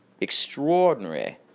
Extraordinary